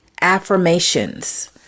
affirmations